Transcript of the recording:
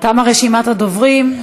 תמה רשימת הדוברים.